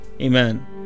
amen